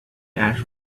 ash